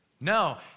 No